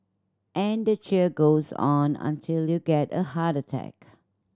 and the cheer goes on until you get a heart attack